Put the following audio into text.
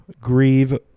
Grieve